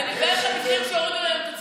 מקרים שהורידו להם את הציון.